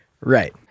Right